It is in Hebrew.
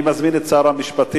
אני מזמין את שר המשפטים,